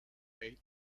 eight